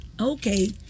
Okay